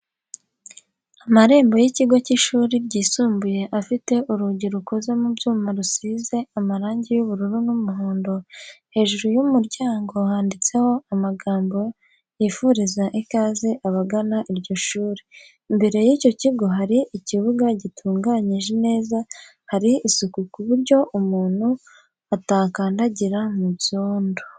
Amarembo y'ikigo cy'ishuri ryisumbuye afite urugi rukoze mu byuma rusize marangi y'ubururu n'umuhondo, hejuru y'umuryango handitseho amagambo yifuriza ikaze abagana iryo shuri, imbere y'icyo kigo hari ikibuga gitunganyije neza hari isuku ku buryo umuntu atakandagira mu byondo.